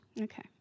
Okay